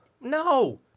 No